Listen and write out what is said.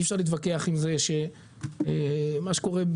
אי אפשר להתווכח עם זה שמה שקורה,